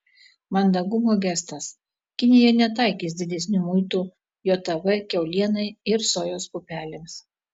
mandagumo gestas kinija netaikys didesnių muitų jav kiaulienai ir sojos pupelėms